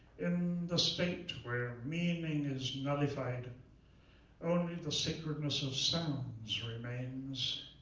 in the state where meaning is nullified only the sacredness of sounds so remains.